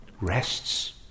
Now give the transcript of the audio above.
rests